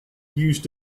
used